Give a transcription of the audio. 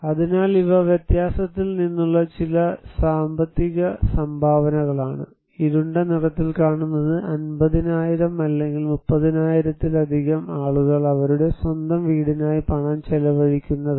അതിനാൽ ഇവ വ്യത്യാസത്തിൽ നിന്നുള്ള ചില സാമ്പത്തിക സംഭാവനകളാണ് ഇരുണ്ട നിറത്തിൽ കാണുന്നത് 50000 അല്ലെങ്കിൽ 30000 ആയിരത്തിലധികം ആളുകൾ അവരുടെ സ്വന്തം വീടിനായി പണം ചിലവഴിക്കുന്ന താണ്